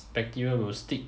bacteria will stick